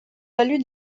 valu